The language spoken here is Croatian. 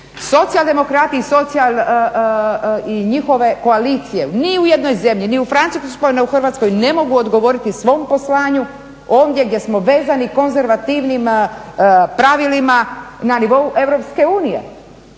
Socijaldemokrati i njihove koalicije ni u jednoj zemlji, ni u Francuskoj, ni u Hrvatskoj ne mogu odgovoriti svom poslanju onda gdje smo vezani konzervativnim pravilima na nivou Europske unije.